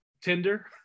Tinder